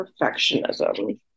perfectionism